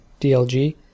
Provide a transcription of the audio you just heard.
DLG